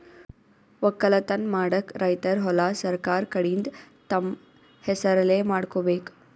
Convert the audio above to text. ವಕ್ಕಲತನ್ ಮಾಡಕ್ಕ್ ರೈತರ್ ಹೊಲಾ ಸರಕಾರ್ ಕಡೀನ್ದ್ ತಮ್ಮ್ ಹೆಸರಲೇ ಮಾಡ್ಕೋಬೇಕ್